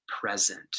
present